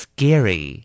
Scary